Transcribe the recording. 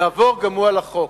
יעבור גם הוא על החוק.